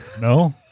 No